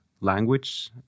language